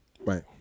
Right